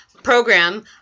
Program